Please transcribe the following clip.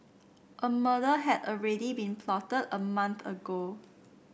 a murder had already been plotted a month ago